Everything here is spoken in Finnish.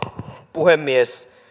puhemies